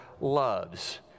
loves